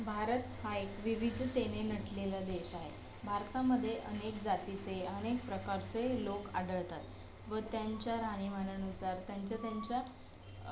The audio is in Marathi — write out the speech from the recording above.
भारत हा एक विविधतेने नटलेला देश आहे भारतामध्ये अनेक जातीचे अनेक प्रकारचे लोक आढळतात व त्यांच्या राहणीमानानुसार त्यांच्या त्यांच्या